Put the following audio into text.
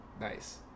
nice